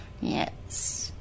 Yes